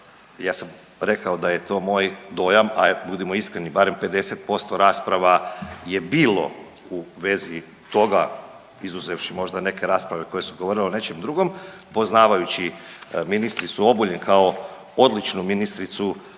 Ja sam rekao da je to moj dojam, a budimo iskreni barem 50% rasprava je bilo u vezi toga izuzevši možda neke rasprave koje su govorile o nečem drugom i poznavajući ministricu Obuljen kao odličnu ministricu